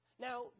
Now